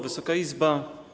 Wysoka Izbo!